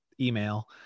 email